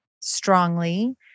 strongly